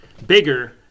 bigger